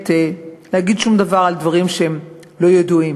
להגיד שום דבר על דברים שהם לא ידועים.